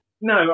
No